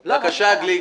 בבקשה, גליק.